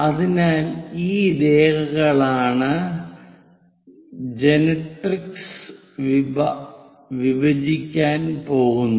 അതിനാൽ ഈ രേഖകളാണ് ജനറട്രിക്സിനെ വിഭജിക്കാൻ പോകുന്നത്